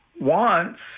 wants